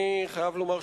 אני חייב לומר,